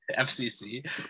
FCC